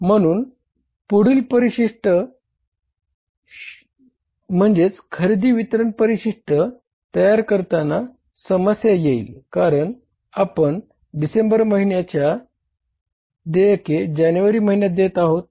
म्हणून पुढील परिशिष्ट जानेवारी महिन्यात देत आहोत